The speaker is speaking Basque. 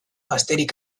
gazterik